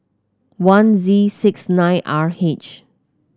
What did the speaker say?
one Z six nine R H